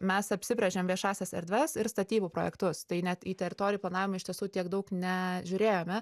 mes apsibrėžėm viešąsias erdves ir statybų projektus tai net į teritorijų planavimą iš tiesų tiek daug nežiūrėjome